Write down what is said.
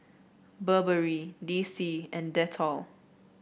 Burberry D C and Dettol